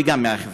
וגם מהחברה.